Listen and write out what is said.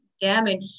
damage